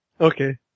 Okay